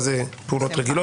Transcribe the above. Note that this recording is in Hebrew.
מה זה פעולות רגילות,